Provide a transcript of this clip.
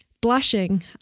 Blushing